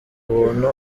ubuntu